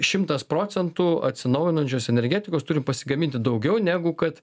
šimtas procentų atsinaujinančios energetikos turim pasigaminti daugiau negu kad